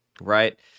right